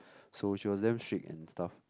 so she was damn strict and stuff